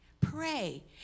Pray